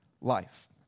life